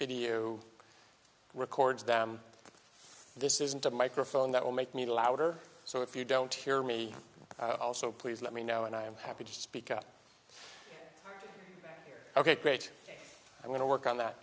you records them this isn't a microphone that will make me louder so if you don't hear me also please let me know and i am happy to speak up here ok great i'm going to work on that